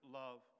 love